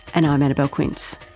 and i'm annabelle quince